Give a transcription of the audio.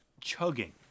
chugging